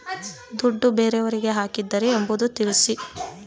ದುಡ್ಡು ಬೇರೆಯವರಿಗೆ ಹಾಕಿದ್ದಾರೆ ಎಂಬುದು ಹೇಗೆ ತಿಳಿಸಿ?